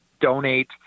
donate –